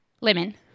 Lemon